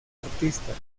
artistas